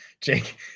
Jake